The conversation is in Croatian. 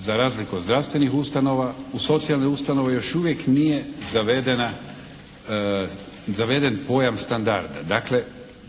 za razliku od zdravstvenih ustanova u socijalne ustanove još uvijek nije zavedena, zaveden pojam standarda.